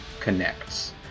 connects